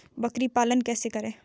बकरी पालन कैसे करें?